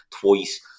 twice